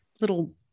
little